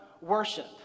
worship